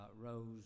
Rose